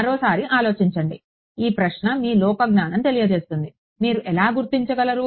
మరోసారి ఆలోచించండి ఈ ప్రశ్న మీ లోకజ్ఞానం తెలియజేస్తుంది మీరు ఎలా గుర్తించగలరు